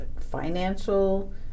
financial